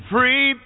Free